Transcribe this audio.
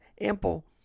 ample